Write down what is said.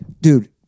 Dude